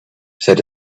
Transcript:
said